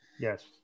Yes